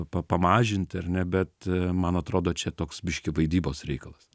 pa pamažinti ar ne bet man atrodo čia toks biškį vaidybos reikalas